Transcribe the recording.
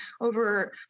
over